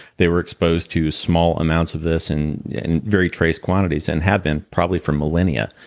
they were exposed to small amounts of this, in yeah in very trace quantities, and had been probably for millennia,